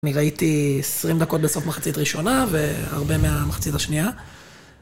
אני ראיתי 20 דקות בסוף מחצית ראשונה, והרבה מהמחצית השנייה.